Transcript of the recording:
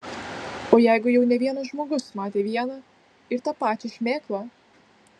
o jeigu jau ne vienas žmogus matė vieną ir tą pačią šmėklą